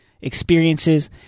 experiences